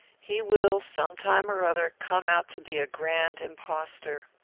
he will, some time or other, come out to be a grand impostor.